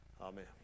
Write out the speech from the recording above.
Amen